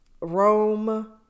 Rome